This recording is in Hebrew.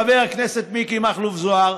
חבר הכנסת מיקי מכלוף זוהר,